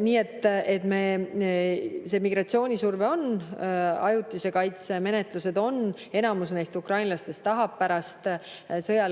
Nii et migratsioonisurve on, ajutise kaitse menetlused on. Enamik neist ukrainlastest tahab pärast sõja lõppu